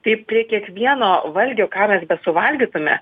tai prie kiekvieno valgio ką mes besuvalgytume